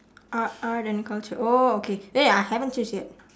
art art and culture oh okay wait I haven't choose yet